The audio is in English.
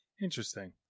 interesting